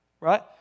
right